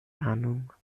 ahnung